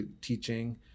teaching